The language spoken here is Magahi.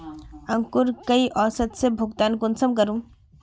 अंकूर कई औसत से भुगतान कुंसम करूम?